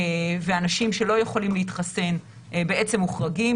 ואנשים שלא יכולים להתחסן בעצם מוחרגים,